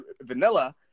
vanilla